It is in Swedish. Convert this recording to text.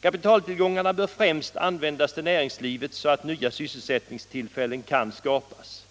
Kapitaltillgångarna bör främst användas till näringslivet, så att nya sysselsättningstillfällen kan skapas.